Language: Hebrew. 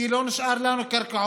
כי לא נשארו לנו קרקעות,